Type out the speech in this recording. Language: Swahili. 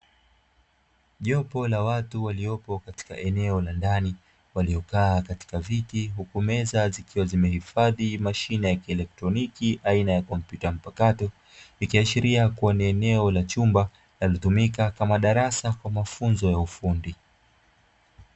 Jopo la watu waliopo katika eneo la ndani, waliokaa katika viti hukumeza zikiwa zimehifadhi mashine ya kielektroniki aina ya kompyuta mpakato, ikiashiria kuwa ni eneo la chumba alitumika kama darasa kwa mafunzo ya ufundi.